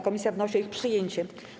Komisja wnosi o ich przyjęcie.